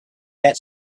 that